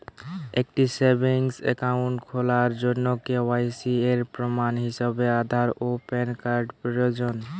একটি savings account খোলার জন্য কে.ওয়াই.সি এর প্রমাণ হিসাবে আধার ও প্যান কার্ড প্রয়োজন